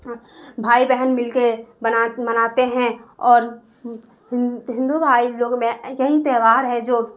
بھائی بہن مل کے بنا مناتے ہیں اور ہندو بھائی لوگ میں یہی تہوار ہے جو